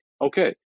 okay